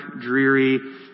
dreary